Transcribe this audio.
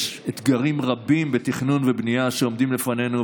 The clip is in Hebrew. יש אתגרים רבים בתכנון ובנייה שעומדים לפנינו,